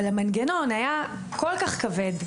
אבל המנגנון היה כל כך כבד,